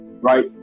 right